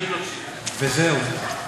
וזהו,